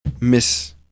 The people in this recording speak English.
Miss